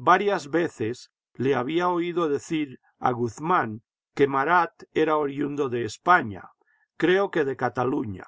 varias veces le había oído decir a guzmán que marat era oriundo de españa creo que de cataluña